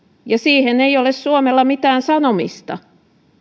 ja siihen ei ole suomella mitään sanomista